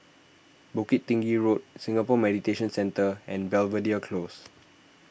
Bukit Tinggi Road Singapore Mediation Centre and Belvedere Close